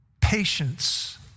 patience